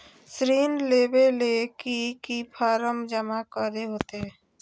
ऋण लेबे ले की की फॉर्म जमा करे होते?